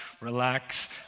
relax